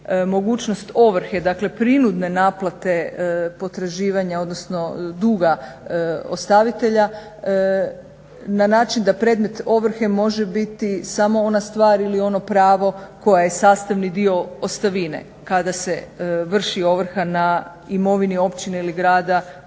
mogućnost ovrhe, dakle prinudne naplate potraživanja odnosno duga ostavitelja na način da predmet ovrhe može biti samo ona stvar ili ono pravo koje je sastavni dio ostavine kada se vrši ovrha na imovini općine ili grada